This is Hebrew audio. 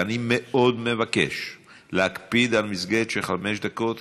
ואני מאוד מבקש להקפיד על מסגרת של חמש דקות,